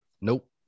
Nope